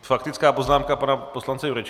Faktická poznámka pana poslance Jurečky.